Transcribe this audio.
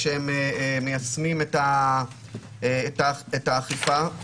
כשהן מיישמות את האכיפה.